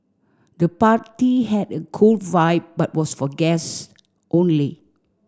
the party had a cool vibe but was for guests only